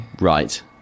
Right